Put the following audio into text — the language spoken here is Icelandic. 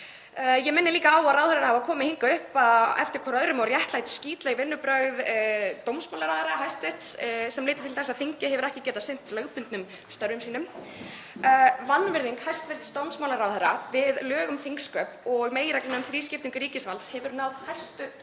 Ég minni líka á að ráðherrar hafa komið hingað upp hver á eftir öðrum og réttlætt skítleg vinnubrögð hæstv. dómsmálaráðherra sem leiddu til þess að þingið hefur ekki getað sinnt lögbundnum störfum sínum. Vanvirðing hæstv. dómsmálaráðherra við lög um þingsköp og meginreglur um þrískiptingu ríkisvalds hefur náð hæstu